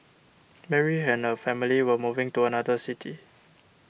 Mary and her family were moving to another city